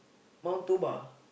Mount-Toba